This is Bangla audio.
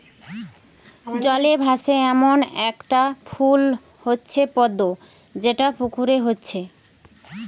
জলে ভাসে এ্যামন একটা ফুল হচ্ছে পদ্ম যেটা পুকুরে হচ্ছে